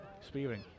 Spearing